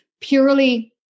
purely